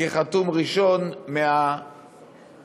כחתום ראשון מהאופוזיציה.